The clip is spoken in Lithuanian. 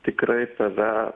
tikrai tave